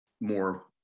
more